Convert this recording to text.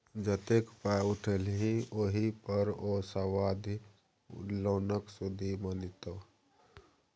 जतेक पाय उठेलही ओहि पर ओ सावधि लोनक सुदि बनितौ